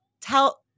tell